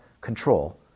control